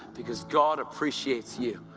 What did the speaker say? because god appreciates you,